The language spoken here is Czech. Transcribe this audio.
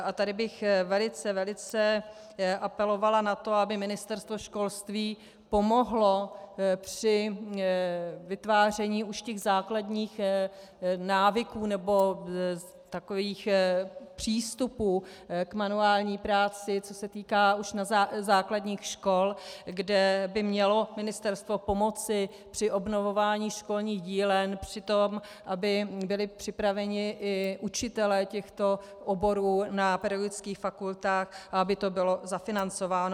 A tady bych velice, velice apelovala na to, aby Ministerstvo školství pomohlo při vytváření už těch základních návyků nebo takových přístupů k manuální práci, co se týká už základních škol, kde by mělo ministerstvo pomoci při obnovování školních dílen, při tom, aby byli připraveni i učitelé těchto oborů na pedagogických fakultách a aby to bylo zafinancováno.